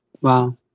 Wow